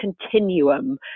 continuum